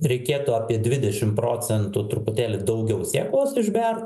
reikėtų apie dvidešim procentų truputėlį daugiau sėklos išbert